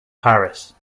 paris